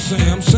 Sam